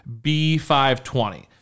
B520